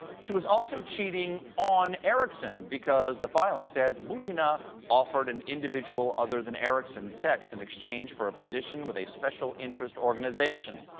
she was also cheating on him. because the filing says butina offered an individual other than erickson sex in exchange for a position with a special interest organization.